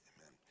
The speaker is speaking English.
amen